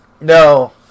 No